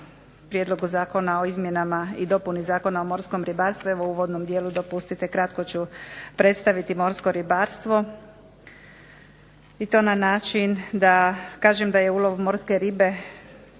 prijedlogu zakona o izmjeni i dopuni Zakona o morskom ribarstvu evo u uvodnom dijelu dopustite kratko ću predstaviti morsko ribarstvo i to na način da kažem da je ulov morske ribe